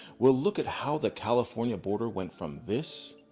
we'll look at how the california border went from this.